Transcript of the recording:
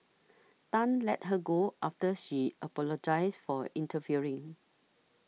Tan let her go after she apologised for interfering